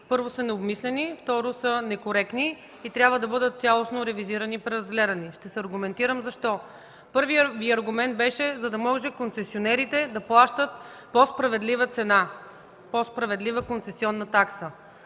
първо, са необмислени, второ, са некоректни и трябва да бъдат цялостно ревизирани и преразгледани. Ще се аргументирам защо. Първият Ви аргумент беше: „за да може концесионерите да плащат по-справедлива концесионна такса”.